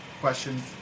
questions